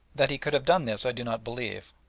that he could have done this i do not believe,